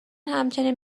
همچنین